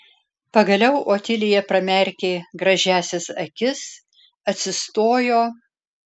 pagaliau otilija pramerkė gražiąsias akis atsistojo